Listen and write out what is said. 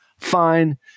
fine